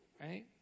Right